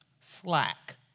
slack